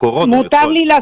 בקורונה הוא יכול.